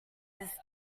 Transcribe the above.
his